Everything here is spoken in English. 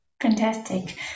fantastic